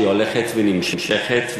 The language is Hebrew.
שהולכת ונמשכת,